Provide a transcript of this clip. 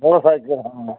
বড়ো সাইকেল হ্যাঁ